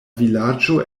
vilaĝo